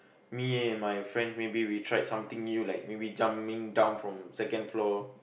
me and my friend maybe we tried something new like maybe jumping down from second floor